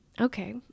okay